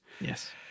Yes